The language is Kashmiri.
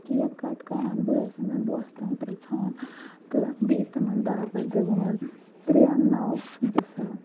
کیک کَٹ کران باے سٕندین دوستَن پرژھان تہٕ بیٚیہِ تِمَن دعوت دِوان ترٛےٚ نو زٕ ساس